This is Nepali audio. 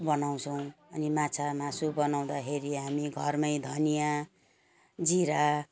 बनाउँछौँ अनि माछा मासु बनाउँदाखेरि हामी घरमै धनियाँ जिरा